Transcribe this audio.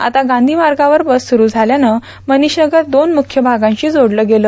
आता गांधीबाग मार्गावर बस सुरू झाल्यानं मनीषनगर दोन मुख्य भागांशी जोडले गेले